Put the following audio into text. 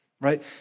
right